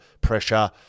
pressure